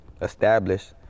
Established